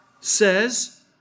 says